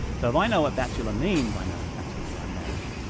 so if i know what bachelor means, i know that bachelors are unmarried.